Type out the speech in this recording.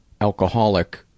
alcoholic